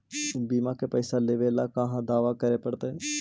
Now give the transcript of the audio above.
बिमा के पैसा लेबे ल कहा दावा करे पड़तै?